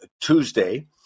Tuesday